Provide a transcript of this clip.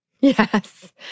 Yes